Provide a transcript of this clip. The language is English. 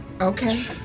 Okay